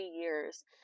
years